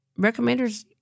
Recommenders